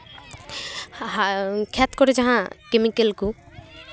ᱠᱷᱮᱛ ᱠᱚᱨᱮᱜ ᱡᱟᱦᱟᱸ ᱠᱮᱢᱤᱠᱮᱞ ᱠᱚ